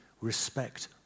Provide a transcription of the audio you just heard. respect